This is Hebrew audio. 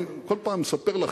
אני כל פעם מספר לכם,